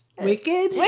Wicked